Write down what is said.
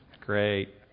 great